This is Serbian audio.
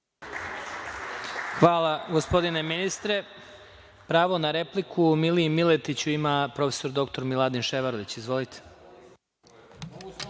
Hvala gospodine ministre. Pravo na repliku Miliji Miletiću ima, prof. dr Miladin Ševarlić. Izvolite.